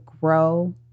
grow